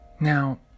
Now